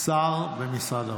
שר במשרד האוצר.